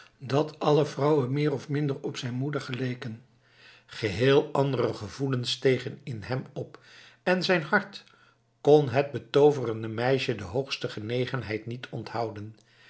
dat alle vrouwen meer of minder op zijn moeder geleken geheel andere gevoelens stegen in hem op en zijn hart kon het betooverende meisje de hoogste genegenheid niet onthouden